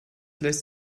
lässt